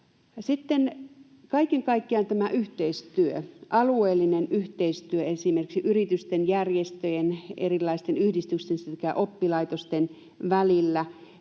kaiken kaikkiaan yhteistyö, alueellinen yhteistyö esimerkiksi yritysten, järjestöjen, erilaisten yhdistysten sekä oppilaitosten välillä,